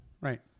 Right